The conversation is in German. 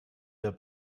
der